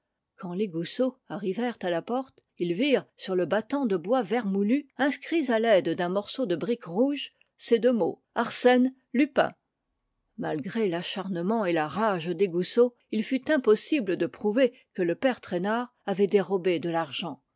quand les goussot arrivèrent à la porte ils virent sur le battant de bois vermoulu inscrits à l'aide d'un morceau de brique rouge ces deux mots arsène lupin malgré l'acharnement et la rage des goussot il fut impossible de prouver que le père traînard avait dérobé de l'argent